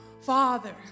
Father